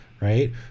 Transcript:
Right